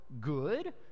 good